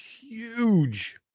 huge